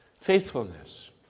Faithfulness